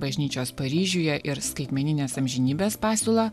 bažnyčios paryžiuje ir skaitmeninės amžinybės pasiūlą